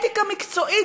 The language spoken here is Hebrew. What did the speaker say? אתיקה מקצועית,